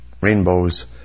rainbows